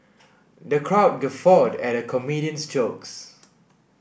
the crowd guffawed at the comedian's jokes